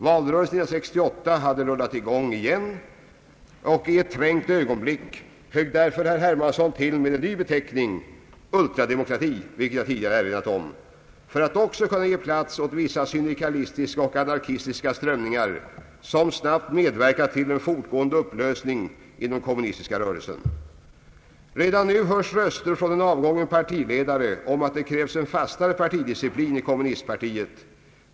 Valrörelsen 1968 hade rullat i gång, och i ett trängt ögonblick högg därför, som jag tidigare erinrat om, herr Hermansson till med en ny beteckning — ultrademokrati — för att också kunna ge plats åt vissa syndikalistiska och anarkistiska strömningar som snabbt medverkar till en fortgående upplösning inom den kommunistiska rörelsen. Redan nu hörs röster från en avgången partiledare om att det krävs en fastare partidisciplin i kommunistpartiet.